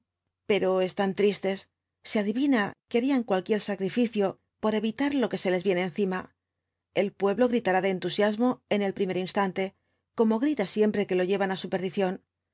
pero están tristes se adivina que harían cualquier sacrificio por evitar lo que se les viene encima el pueblo gritará de entusiasmo en el primer instante como grita siempre que lo llevan á su perdición